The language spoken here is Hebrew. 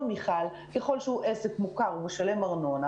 מיכל ככל שהוא עסק מוכר ומשלם ארנונה